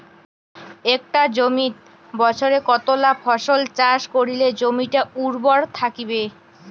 একটা জমিত বছরে কতলা ফসল চাষ করিলে জমিটা উর্বর থাকিবে?